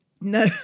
no